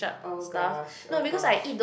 oh gosh oh gosh